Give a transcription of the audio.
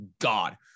god